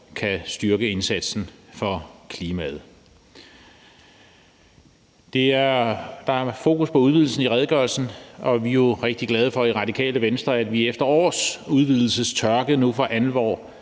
kan styrke indsatsen for klimaet. Der er fokus på udvidelsen i redegørelsen, og vi er jo i Radikale Venstre rigtig glade for, at vi efter års udvidelsestørke nu for alvor